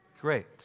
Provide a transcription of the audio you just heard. Great